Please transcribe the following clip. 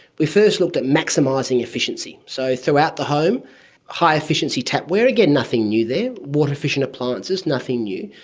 we first looked at maximising efficiency. so throughout the home high-efficiency tapware, again, nothing new there, water efficient appliances, nothing new.